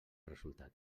resultat